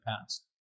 past